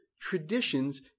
traditions